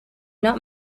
not